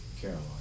Caroline